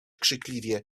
krzykliwie